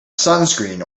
sunscreen